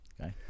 Okay